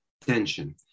tension